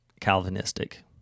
Calvinistic